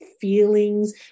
feelings